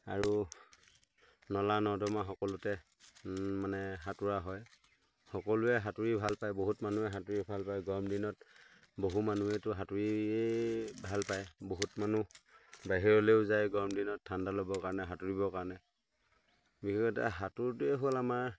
আৰু নলা নৰ্দমা সকলোতে মানে সাঁতোৰা হয় সকলোৱে সাঁতোৰি ভাল পায় বহুত মানুহে সাঁতোৰি ভাল পায় গৰম দিনত বহু মানুহেতো সাঁতোৰিয়েই ভাল পায় বহুত মানুহ বাহিৰলৈও যায় গৰম দিনত ঠাণ্ডা ল'বৰ কাৰণে সাঁতোৰিবৰ কাৰণে বিশেষকৈ সাঁতোৰটোৱে হ'ল আমাৰ